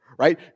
Right